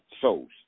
souls